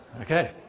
Okay